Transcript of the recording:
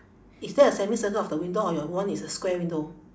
is there a semicircle of the window or your one is a square window